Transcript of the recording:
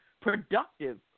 productive